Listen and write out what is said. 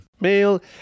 meal